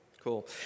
Cool